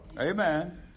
Amen